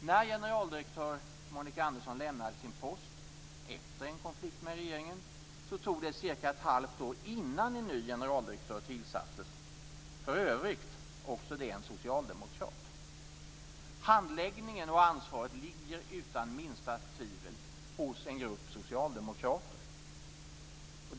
När generaldirektör Monica Andersson lämnade sin post efter en konflikt med regeringen tog det cirka ett halvt år innan en ny generaldirektör tillsattes, för övrigt också det en socialdemokrat. Handläggningen och ansvaret ligger utan minsta tvivel hos en grupp socialdemokrater.